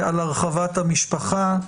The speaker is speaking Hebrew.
הרחבת המשפחה.